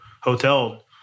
hotel